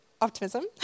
optimism